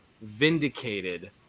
vindicated